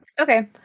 Okay